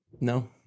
No